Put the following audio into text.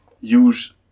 use